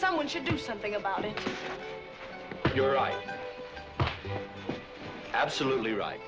someone should do something about it you're right absolutely right